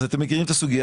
סוגיה